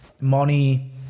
money